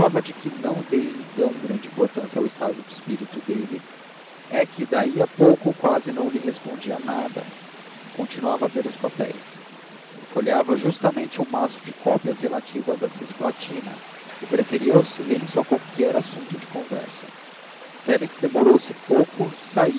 de que não dei então grande importância ao estado do espírito dele é que daí a pouco quase que não lhe respondia nada e continuava a ver os papéis folheava justamente um maço de cópias relativas à cisplatina e preferia o silêncio a qualquer assunto de conversa félix demorou-se pouco saiu